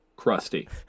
crusty